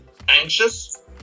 anxious